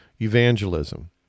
evangelism